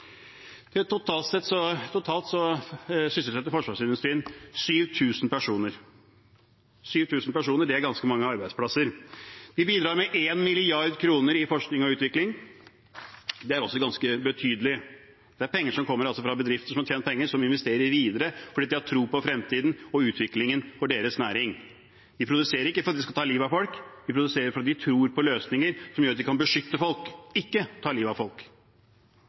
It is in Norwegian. Totalt sysselsetter forsvarsindustrien 7 000 personer – det er ganske mange arbeidsplasser. De bidrar med 1 mrd. kr til forskning og utvikling – det er også ganske betydelig. Dette er altså penger som kommer fra bedrifter som har tjent penger, og som investerer dem videre, fordi de har tro på fremtiden og utviklingen for næringen. De produserer ikke fordi de skal ta livet av folk. De produserer fordi de tror på løsninger som gjør at de kan beskytte folk – ikke ta livet av folk.